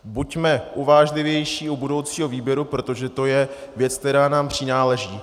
Buďme uvážlivější u budoucího výběru, protože to je věc, která nám přináleží.